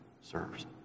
serves